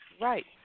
Right